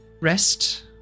Rest